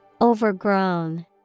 Overgrown